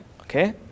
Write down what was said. okay